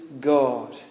God